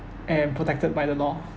and protected by the law